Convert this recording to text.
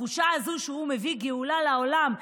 התחושה הזו שהוא מביא גאולה לעולם,